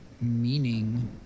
meaning